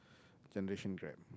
generation gap